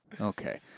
okay